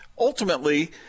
Ultimately